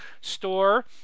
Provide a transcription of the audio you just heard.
store